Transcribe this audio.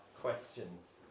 questions